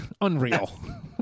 Unreal